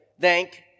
thank